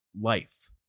Life